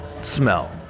smell